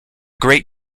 great